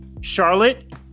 Charlotte